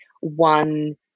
one